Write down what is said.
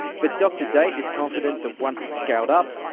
but dr date is confident that once it's scaled up,